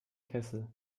kessel